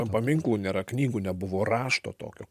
paminklų nėra knygų nebuvo rašto tokio